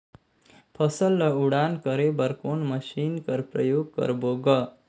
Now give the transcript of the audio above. फसल ल उड़ान करे बर कोन मशीन कर प्रयोग करबो ग?